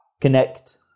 connect